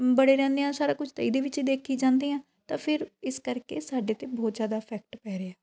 ਮ ਬੜੇ ਰਹਿੰਦੇ ਹਾਂ ਸਾਰਾ ਕੁਛ ਤਾਂ ਇਹਦੇ ਵਿੱਚ ਦੇਖੀ ਜਾਂਦੇ ਹਾਂ ਤਾਂ ਫਿਰ ਇਸ ਕਰਕੇ ਸਾਡੇ 'ਤੇ ਬਹੁਤ ਜ਼ਿਆਦਾ ਇਫੈਕਟ ਪੈ ਰਿਹਾ